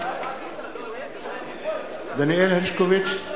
אינו נוכח דניאל הרשקוביץ,